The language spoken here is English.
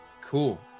Cool